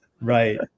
Right